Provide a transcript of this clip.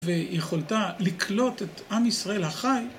ויכולת לקלוט את עם ישראל החי